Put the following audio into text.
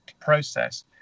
process